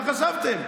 מה חשבתם?